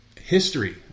History